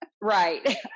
Right